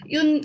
Yun